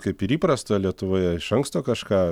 kaip ir įprasta lietuvoje iš anksto kažką